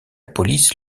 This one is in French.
police